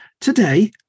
Today